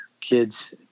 kids